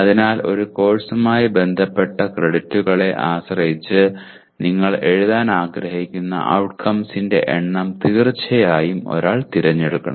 അതിനാൽ ഒരു കോഴ്സുമായി ബന്ധപ്പെട്ട ക്രെഡിറ്റുകളെ ആശ്രയിച്ച് നിങ്ങൾ എഴുതാൻ ആഗ്രഹിക്കുന്ന ഔട്ട്കംസിന്റെ എണ്ണം തീർച്ചയായും ഒരാൾ തിരഞ്ഞെടുക്കണം